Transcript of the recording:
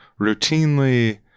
routinely